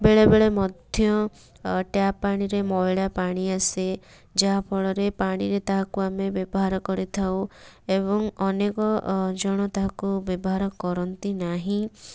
ବେଳେବେଳେ ମଧ୍ୟ ଟ୍ୟାପ ପାଣିରେ ମଇଳାପାଣି ଆସେ ଯାହାଫଳରେ ପାଣିରେ ତାହାକୁ ଆମେ ବ୍ୟବହାର କରିଥାଉ ଏବଂ ଅନେକଜଣ ତାହାକୁ ବ୍ୟବହାର କରନ୍ତିନାହିଁ